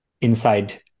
inside